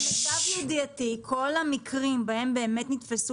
למיטב ידיעתי כל המקרים בהם באמת נתפסו